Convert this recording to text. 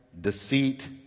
deceit